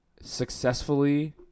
successfully